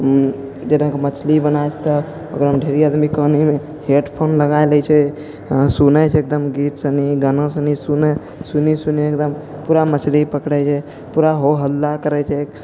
मछली बनाइ छै तऽ ओकरामे ढेरी आदमी कानमे हेडफोन लगैलए छै आओर सुनै छै एकदम गीतसनी गानो सुनी सुनै सुनी सुनी एकदम पूरा मछली पकड़ै छै पूरा हो हल्ला करै छै